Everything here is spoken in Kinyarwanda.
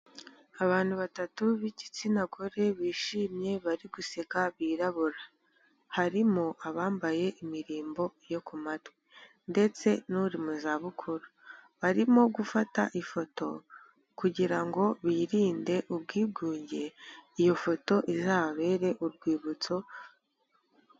Abantu batatu b'igitsina gore bishimye bari guseka birabura, harimo abambaye imirimbo yo ku matwi ndetse n'uri mu zabukuru, barimo gufata ifoto kugira ngo birinde ubwigunge iyo foto izababere urwibutso.